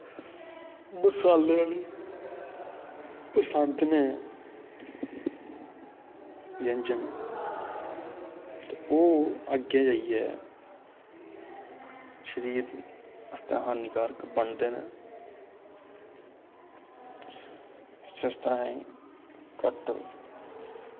मसाले आह्लियां पसंद न व्यंजन ते ओह् अग्गें जाइयै शरीर आस्तै हानि कारक बनदे न इस आस्तै असें गी घट्ट